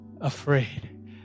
afraid